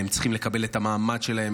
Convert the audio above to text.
הם צריכים לקבל את המעמד שלהם,